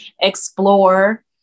explore